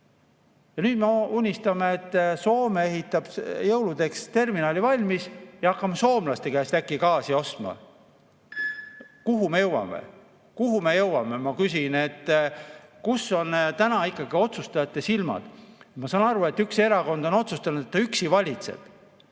Ja nüüd me unistame, et Soome ehitab jõuludeks terminali valmis ja hakkame soomlaste käest äkki gaasi ostma. Kuhu me jõuame? Kuhu me jõuame, ma küsin. Kus on täna ikkagi otsustajate silmad? Ma saan aru, et üks erakond on otsustanud, et ta üksi valitseb.